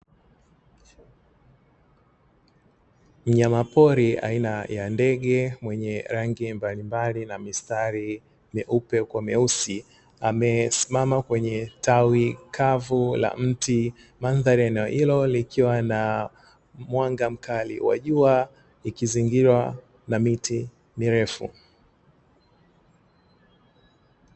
Mnyamapori aina ya ndege mwenye rangi mbalimbali na mistari meupe kwa meusi amesimama kwenye tawi kavu la mti, mandhari eneo hilo likiwa na mwanga mkali wajua ikizingiliwa na miti mirefu.